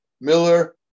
Miller